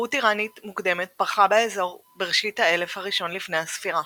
תרבות איראנית מוקדמת פרחה באזור בראשית האלף הראשון לפני הספירה.